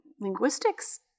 linguistics